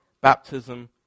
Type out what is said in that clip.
baptism